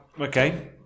okay